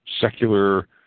secular